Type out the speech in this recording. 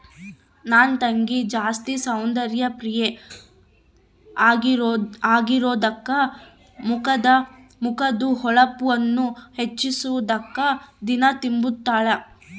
ನನ್ ತಂಗಿ ಜಾಸ್ತಿ ಸೌಂದರ್ಯ ಪ್ರಿಯೆ ಆಗಿರೋದ್ಕ ಮಕದ್ದು ಹೊಳಪುನ್ನ ಹೆಚ್ಚಿಸಾಕ ದಿನಾ ತಿಂಬುತಾಳ